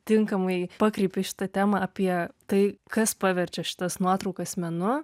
tinkamai pakreipei šitą temą apie tai kas paverčia šitas nuotraukas menu